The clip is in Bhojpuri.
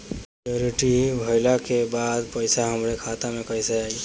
मच्योरिटी भईला के बाद पईसा हमरे खाता में कइसे आई?